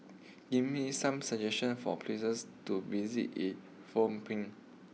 give me some suggestions for places to visit in Phnom Penh